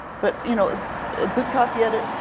but you know a good copy edit,